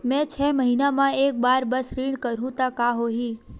मैं छै महीना म एक बार बस ऋण करहु त का होही?